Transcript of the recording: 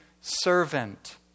servant